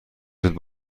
زود